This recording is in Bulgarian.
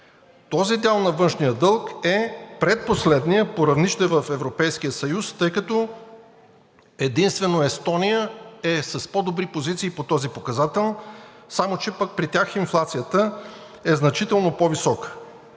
Този дял на външния дълг е предпоследният по равнище в Европейския съюз, тъй като единствено Естония е с по добри позиции по този показател, само че пък при тях инфлацията е значително по-висока.